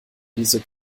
diese